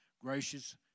gracious